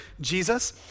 Jesus